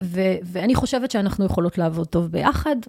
ואני חושבת שאנחנו יכולות לעבוד טוב ביחד.